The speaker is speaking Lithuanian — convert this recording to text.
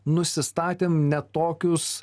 nusistatėm ne tokius